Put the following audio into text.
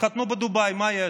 תתחתנו בדובאי, מה יש?